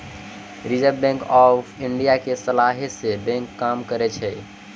reserve bank of India के सलाहे से बैंक काम करै छै